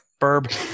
Burb